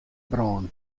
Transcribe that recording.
brân